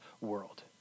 world